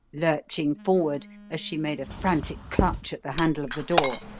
lurching forward as she made a frantic clutch at the handle of the door.